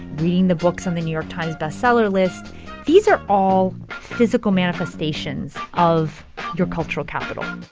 reading the books on the new york times best-seller list these are all physical manifestations of your cultural capital